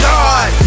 God